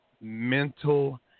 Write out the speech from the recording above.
mental